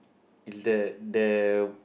is that there